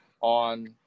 on